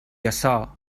açò